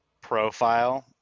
profile